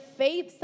faith